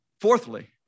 Fourthly